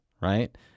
right